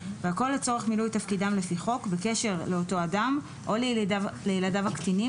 והכול לצורך מילוי תפקידם לפי חוק בקשר לאותו אדם או לילדיו הקטינים,